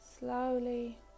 Slowly